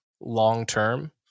long-term